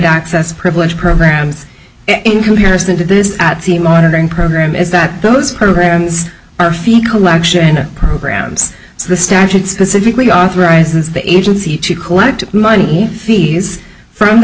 access privilege programs in comparison to this at the monitoring program is that those programs are feed collection programs so the statute specifically authorizes the agency to collect money fees from the